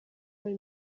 muri